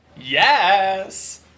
Yes